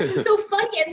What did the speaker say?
so funny.